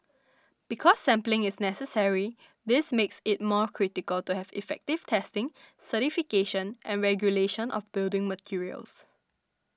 because sampling is necessary this makes it more critical to have effective testing certification and regulation of building materials